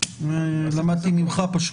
למדתי ממך.